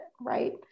right